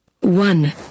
One